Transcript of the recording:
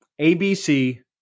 ABC